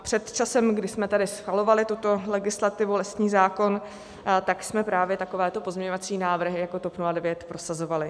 Před časem, kdy jsme tady schvalovali tuto legislativu, lesní zákon, tak jsme právě takovéto pozměňovací návrhy jako TOP 09 prosazovali.